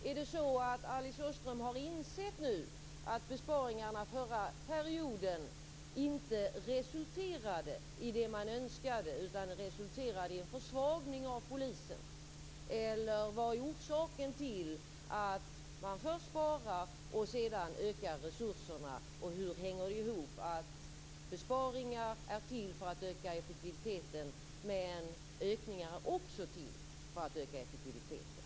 Är det så att Alice Åström nu har insett att besparingarna under den förra perioden inte resulterade i det man önskade utan i en försvagning av polisen? Eller vad är orsaken till att man först sparar och sedan ökar resurserna? Hur hänger det ihop att besparingar är till för att öka effektiviteten och ökningar är också till för att öka effektiviteten?